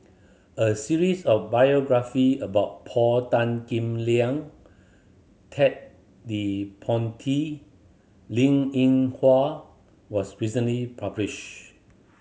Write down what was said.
a series of biography about Paul Tan Kim Liang Ted De Ponti Linn In Hua was recently published